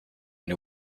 and